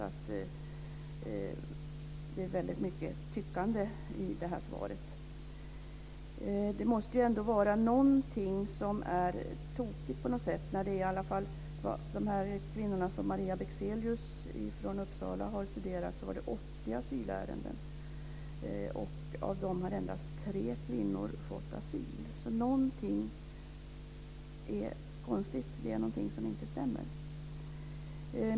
Så det är väldigt mycket tyckande i det här svaret. Det måste ändå vara någonting som är tokigt. När det gäller de kvinnor som Maria Bexelius från Uppsala har studerat var det 80 asylärenden. Av dessa kvinnor har endast tre kvinnor fått asyl. Så någonting är konstigt. Det är någonting som inte stämmer.